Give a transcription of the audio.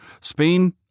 Spain